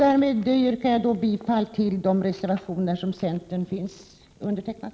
Därmed yrkar jag bifall till de reservationer som företrädare för centerpartiet har undertecknat.